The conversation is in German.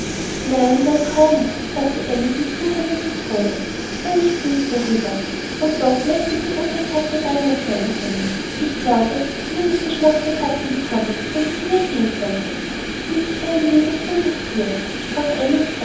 nein wohl kaum sagte alice in zuredendem tone sei nicht mehr böse darüber und doch möchte ich dir unsere katze dinah zeigen können ich glaube du würdest geschmack für katzen bekommen wenn du sie nur sehen könntest sie ist ein so liebes ruhiges thier sprach